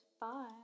Bye